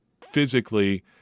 physically